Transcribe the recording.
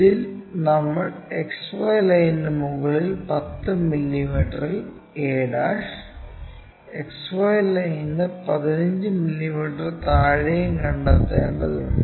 ഇതിൽ നമ്മൾ XY ന് മുകളിൽ 10 മില്ലിമീറ്ററിൽ a' XY ലൈനിന് 15 മില്ലിമീറ്റർ താഴെയും കണ്ടെത്തേണ്ടതുണ്ട്